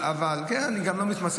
אני מניח --- אבל אתה מבין,